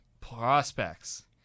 prospects